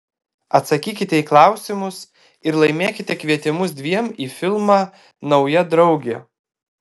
atsakykite į klausimus ir laimėkite kvietimus dviem į filmą nauja draugė